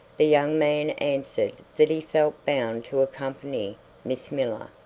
the young man answered that he felt bound to accompany miss miller,